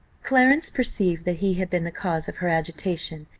clarence perceived that he had been the cause of her agitation,